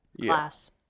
class